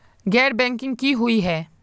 गैर बैंकिंग की हुई है?